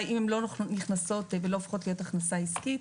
שאם הן לא נכנסות והופכות להכנסה עסקית,